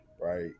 right